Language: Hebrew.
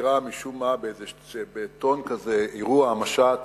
שנקרא משום מה בטון כזה "אירוע המשט",